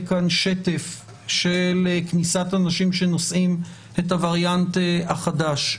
כאן שטף של כניסת אנשים שנושאים את הווריאנט החדש,